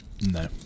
No